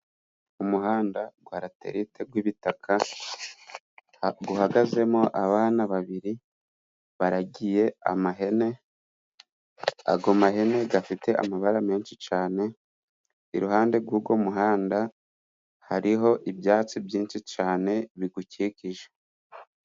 Umuhanda gwa raterite gw'ibitaka guhagazemo abana babiri baragiye amahene, ago mahene gafite amabara menshi cane, iruhande g'umuhanda hariho ibyatsi byinshi cane bigukikije.